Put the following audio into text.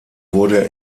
wurde